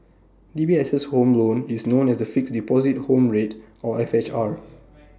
DBS' S home loan is known as the Fixed Deposit Home Rate or F H R